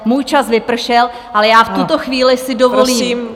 Můj čas vypršel, ale já v tuto chvíli si dovolím